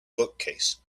bookcase